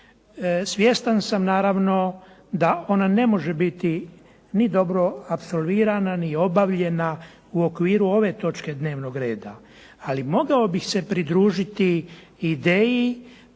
Svjestan sam naravno da ona ne može biti ni dobro apsolvirana, ni obavljena u okviru ove točke dnevnog reda. Ali, mogao bih se pridružiti ideji